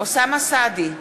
אוסאמה סעדי,